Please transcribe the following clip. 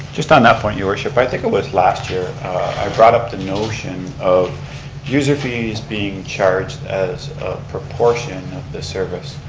just on that point your worship. i think it was last year i brought up the notion of user fees being charged as a proportion of the service.